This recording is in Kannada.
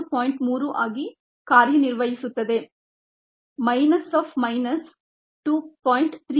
3 ಆಗಿ ಕಾರ್ಯನಿರ್ವಹಿಸುತ್ತದೆ minus of minus 2